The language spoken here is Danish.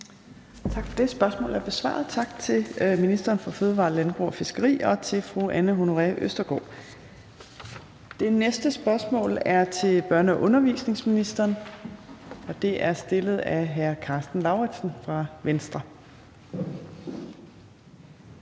Torp): Spørgsmålet er besvaret. Tak til ministeren for fødevarer, landbrug og fiskeri, og tak til fru Anne Honoré Østergaard. Det næste spørgsmål er til børne- og undervisningsministeren, og det er stillet af hr. Karsten Lauritzen fra Venstre.